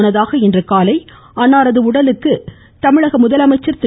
முன்னதாக இன்று காலை அன்னாரது உடலுக்கு தமிழக முதலமைச்சர் திரு